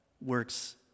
works